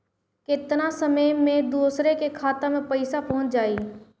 केतना समय मं दूसरे के खाता मे पईसा पहुंच जाई?